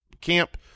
camp